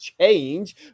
Change